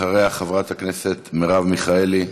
אחריה, חברת הכנסת מרב מיכאלי,